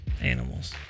animals